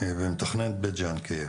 והוא מתכנן את בית ג'אן כעיר.